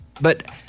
But-